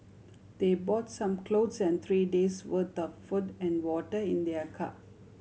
they bought some clothes and three days' worth of food and water in their car